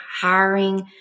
hiring